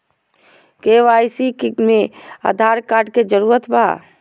KYC में Aadhaar card के जरूरत बा?